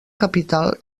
capital